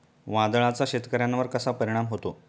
वादळाचा शेतकऱ्यांवर कसा परिणाम होतो?